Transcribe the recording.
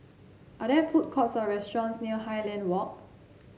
are there food courts or restaurants near Highland Walk